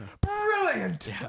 Brilliant